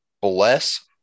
Bless